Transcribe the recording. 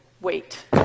wait